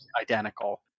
identical